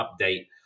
update